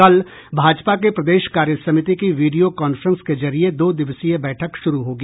कल भाजपा के प्रदेश कार्यसमिति की वीडियो कांफ्रेंस के जरिये दो दिवसीय बैठक शुरू होगी